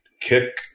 kick